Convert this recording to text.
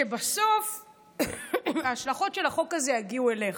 שבסוף ההשלכות של החוק הזה יגיעו אליך,